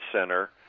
Center